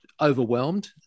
overwhelmed